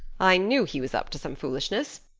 i knew he was up to some foolishness.